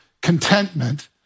contentment